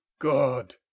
God